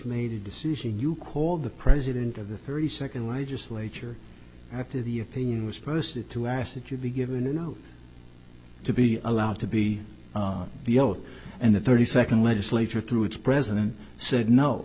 made a decision you called the president of the thirty second legislature after the opinion was posted to ask that you be given a no to be allowed to be the oath and the thirty second legislature through its president said no